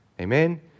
Amen